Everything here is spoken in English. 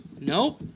Nope